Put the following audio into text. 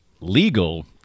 legal